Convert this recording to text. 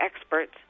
experts